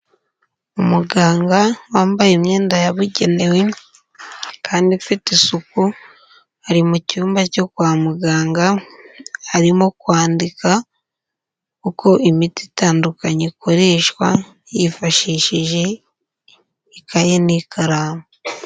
Umuganga wambaye imyenda yabugenewe kandi ifite isuku, ari mu cyumba cyo kwa muganga, arimo kwandika, uko imiti itandukanye ikoreshwa yifashishije ikaye n'ikaramu.